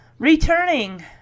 Returning